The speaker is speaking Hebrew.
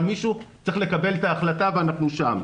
אבל מישהו צריך לקבל את ההחלטה ואנחנו שם.